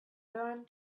learn